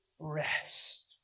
Rest